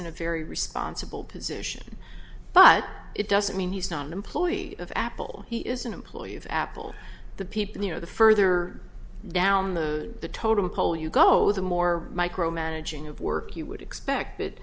in a very responsible position but it doesn't mean he's not an employee of apple he is an employee of apple the people you know the further down the totem pole you go the more micromanaging of work you would expect that